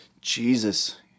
Jesus